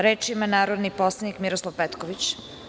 Reč ima narodni poslanik Miroslav Petković.